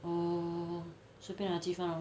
err 随便 la lah 鸡饭 lor